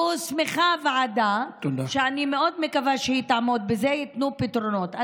הוסמכה ועדה שאני מאוד מקווה שהיא תעמוד בזה וייתנו פתרונות.